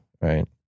right